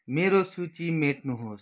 मेरो सूची मेट्नुहोस्